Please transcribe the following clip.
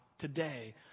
today